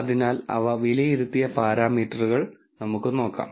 അതിനാൽ അവ വിലയിരുത്തിയ പാരാമീറ്ററുകൾ നമുക്ക് നോക്കാം